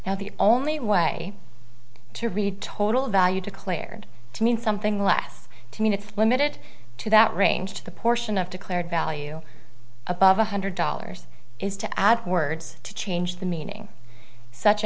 now the only way to read total value declared to mean something last to mean it's one minute to that range the portion of declared value above one hundred dollars is to add words to change the meaning such